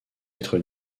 être